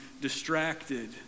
distracted